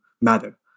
matter